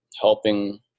helping